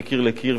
מקיר לקיר,